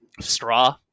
straw